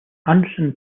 anderson